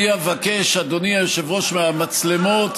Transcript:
אני אבקש, אדוני היושב-ראש, מהמצלמות,